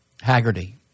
Haggerty